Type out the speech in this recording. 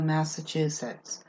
Massachusetts